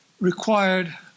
required